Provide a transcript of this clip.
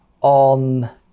on